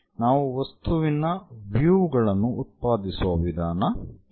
ನಾವು ವಸ್ತುವಿನ ವ್ಯೂಗಳನ್ನು ಉತ್ಪಾದಿಸುವ ವಿಧಾನ ಇದು